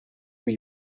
qui